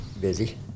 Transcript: busy